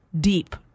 deep